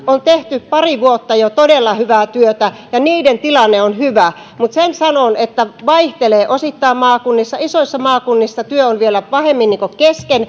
on tehty jo pari vuotta todella hyvää työtä ja niiden tilanne on hyvä mutta sen sanon että se vaihtelee osittain maakunnissa isoissa maakunnissa työ on vielä pahemmin